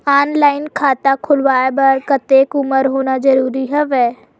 Online खाता खुलवाय बर कतेक उमर होना जरूरी हवय?